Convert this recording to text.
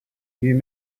you